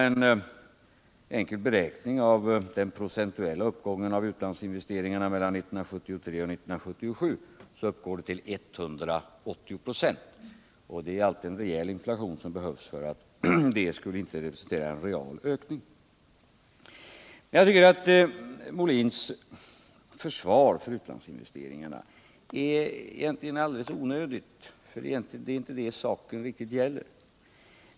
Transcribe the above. En enkel beräkning visar att den procentuella uppgången av utlandsinvesteringarna mellan 1973 och 1977 uppgick till 180 24. Det är allt en rejäl inflation som behövs för att det inte skulle representera en real ökning! Jag tycker att Björn Molins försvar för utlandsinvesteringarna egentligen är alldeles onödigt. Det är inte riktigt det saken gäller!